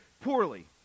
poorly